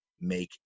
make